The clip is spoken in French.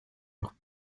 leurs